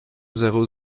zéro